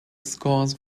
scores